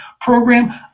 program